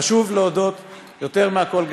חשוב להודות יותר מכול,